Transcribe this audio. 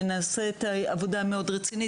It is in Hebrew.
ונעשית עבודה מאוד רצינית.